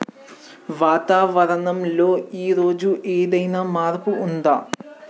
వాతావరణం లో ఈ రోజు ఏదైనా మార్పు ఉందా?